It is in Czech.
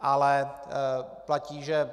Ale platí, že